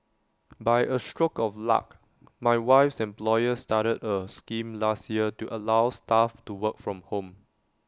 by A stroke of luck my wife's employer started A scheme last year to allow staff to work from home